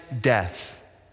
death